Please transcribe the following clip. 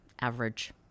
average